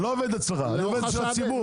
אני עובד בשביל הציבור.